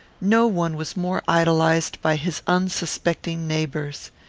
no one was more idolized by his unsuspecting neighbours.